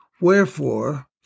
Wherefore